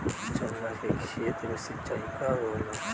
चना के खेत मे सिंचाई कब होला?